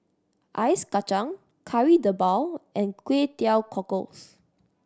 ice kacang Kari Debal and Kway Teow Cockles